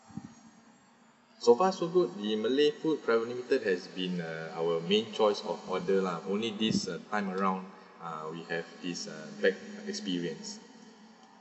so far so good the malay food private limited has been uh our main choice of order lah only this uh time around uh we have this uh bad experience